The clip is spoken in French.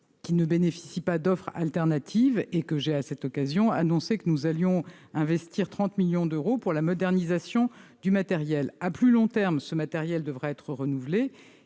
qui ne bénéficient pas d'offres de rechange. J'ai également annoncé que nous allions investir 30 millions d'euros dans la modernisation du matériel. À plus long terme, ce matériel devra être renouvelé.